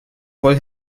voll